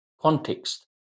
Context